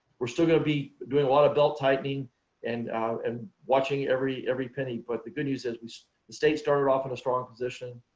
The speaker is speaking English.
we're still going to be doing a lot of belt tightening and and watching every every penny, but the good news is we the state started off in a strong position.